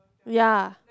ya